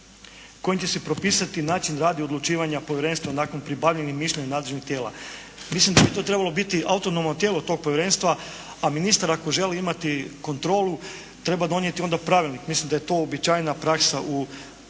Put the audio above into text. kojim će se propisati način rada i odlučivanja povjerenstva nakon pribavljenih mišljenja nadležnih tijela. Mislim da bi to trebalo biti autonomno tijelo tog povjerenstva, a ministar ako želi imati kontrolu treba donijeti onda pravilnik. Mislim da je to uobičajena praksa u pravnoj